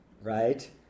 right